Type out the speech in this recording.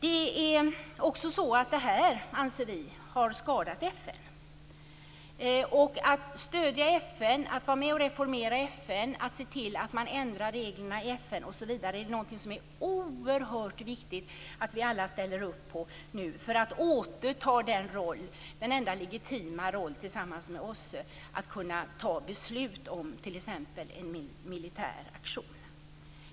Det är vidare oerhört viktigt att vi alla ställer oss bakom att stödja FN, att vi är med om att reformera FN och ser till att FN:s regler ändras så att FN tillsammans med OSSE skall kunna återta rollen som den enda parten med legitim rätt att ta beslut om t.ex. en militär aktion.